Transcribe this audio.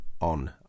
on